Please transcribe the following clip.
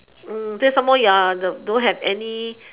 then some more the you are don't have any